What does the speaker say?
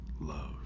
love